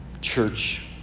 church